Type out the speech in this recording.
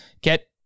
get